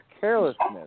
carelessness